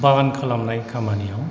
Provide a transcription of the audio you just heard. बागान खालामनाय खामानियाव